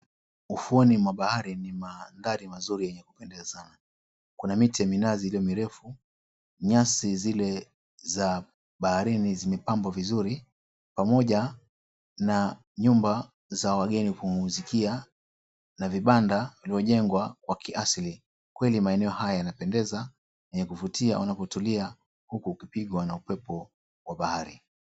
Ufuoni mwa bahari ni mandhari mazuri ya kupendeza. Kuna miti ya minazi ile mirefu. Nyasi zile za baharini zimepambwa vizuri pamoja na nyumba za wageni kupumzikia na vibanda viliojengwa kwa kiasli. Kweli maeneo haya yanapendeza na yenye kuvutia unapotulia huku ukipigwa na upepo wa bahari.